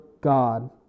God